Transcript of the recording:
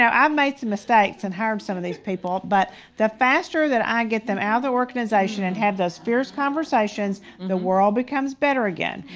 know, i've made some mistakes and hired some of these people, but the faster i get them out of the organization and have those fierce conversations the world becomes better again.